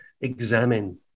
examine